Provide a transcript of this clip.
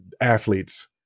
athletes